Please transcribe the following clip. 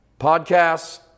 podcasts